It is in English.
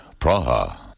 Praha